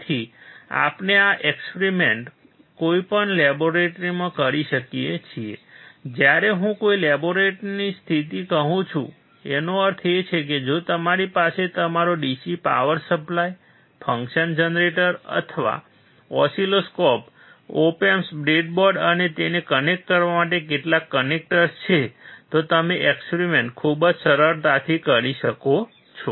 તેથી આપણે આ એક્સપેરિમેન્ટ કોઈપણ લેબોરેટરીમાં કરી શકીએ છીએ જ્યારે હું કોઈ લેબોરેટરીની સ્થિતિ કહું છું તેનો અર્થ એ છે કે જો તમારી પાસે તમારો DC power supply function generator અથવા ઓસિલોસ્કોપ ઓપ એમ્પ બ્રેડબોર્ડ અને તેને કનેક્ટ કરવા માટે કેટલાક કનેક્ટર્સ છે તો તમે એક્સપેરિમેન્ટ ખૂબ જ સરળતાથી કરી શકો છે